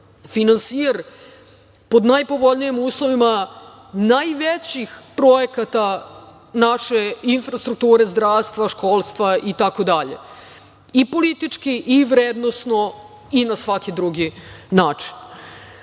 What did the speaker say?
finansijer pod najpovoljnijim uslovima najvećih projekata naše infrastrukture zdravstva, školstava i tako dalje, i politički i vrednosno i na svaki drugi način. Što